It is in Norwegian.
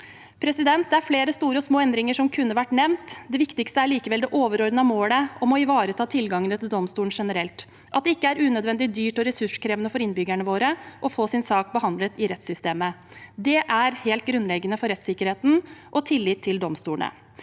på dette. Det er flere store og små endringer som kunne vært nevnt. Det viktigste er likevel det overordnede målet om å ivareta tilgangene til domstolene generelt, og at det ikke er unødvendig dyrt og ressurskrevende for innbyggerne våre å få sin sak behandlet i rettssystemet. Det er helt grunnleggende for rettssikkerheten og tilliten til domstolene.